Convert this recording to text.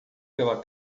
pela